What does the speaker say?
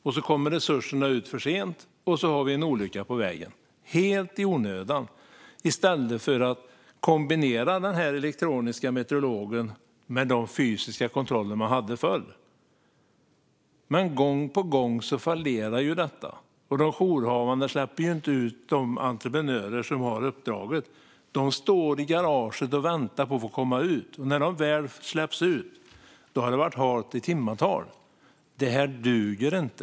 Resurserna kommer ut för sent, och så får vi en olycka på vägen, helt i onödan. I stället skulle den elektroniska meteorologen kunna kombineras med de fysiska kontroller man hade förr. Detta fallerar gång på gång. De jourhavande släpper inte ut de entreprenörer som har uppdraget. De står i garaget och väntar på att få komma ut, och när de väl släpps ut har det varit halt i timtal. Detta duger inte.